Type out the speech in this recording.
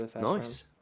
Nice